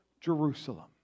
Jerusalem